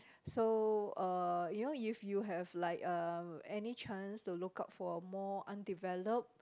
so uh you know if you have like uh any chance to look out for more undeveloped